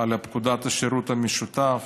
על פקודת השירות המשותף,